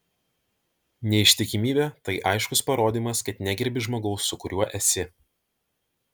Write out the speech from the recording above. neištikimybė tai aiškus parodymas kad negerbi žmogaus su kuriuo esi